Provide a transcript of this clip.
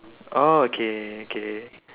orh K K